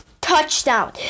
touchdown